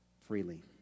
freely